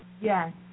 Yes